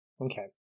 Okay